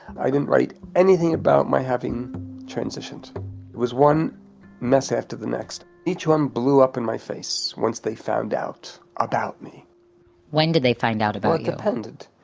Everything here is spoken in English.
i didn't write anything about my having transitioned. it was one mess after the next. each one blew up in my face, once they found out about me when did they find out about you?